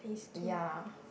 ya